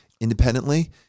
independently